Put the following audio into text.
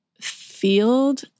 field